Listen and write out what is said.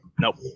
nope